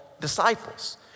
disciples